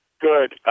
Good